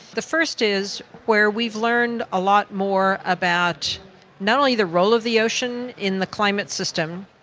the first is where we've learned a lot more about not only the role of the ocean in the climate system,